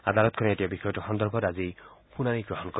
আদালতখনে এতিয়া বিষয়টো সন্দৰ্ভত আজি শুনানি গ্ৰহণ কৰিব